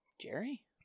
Jerry